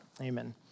Amen